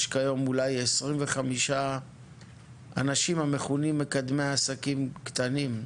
יש כיום אולי 25 אנשים המכונים "מקדמי עסקים קטנים"